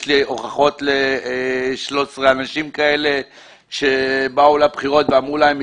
יש לי הוכחות ל-13 אנשים כאלה שבאו לבחירות ואמרו להם,